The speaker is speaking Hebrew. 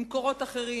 ממקורות אחרים,